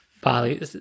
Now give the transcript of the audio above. Bali